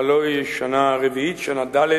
הלוא היא שנה רביעית, שנה ד',